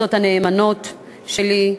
ליועצות הנאמנות שלי,